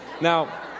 Now